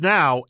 Now